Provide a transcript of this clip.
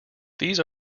these